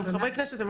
גם חברי כנסת,